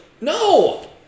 No